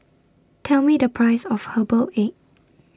Tell Me The Price of Herbal Egg